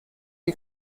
are